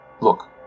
Look